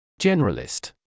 Generalist